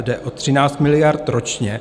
Jde o 13 miliard ročně.